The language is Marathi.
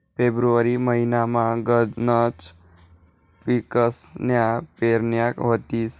फेब्रुवारी महिनामा गनच पिकसन्या पेरण्या व्हतीस